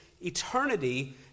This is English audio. eternity